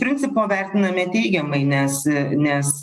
principo vertiname teigiamai nes nes